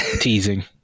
teasing